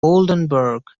oldenburg